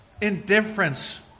Indifference